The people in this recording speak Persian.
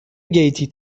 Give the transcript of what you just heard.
گیتی